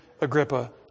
Agrippa